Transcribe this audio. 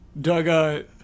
Doug